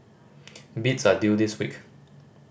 bids are due this week